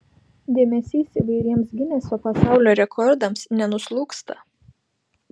dėmesys įvairiems gineso pasaulio rekordams nenuslūgsta